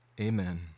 Amen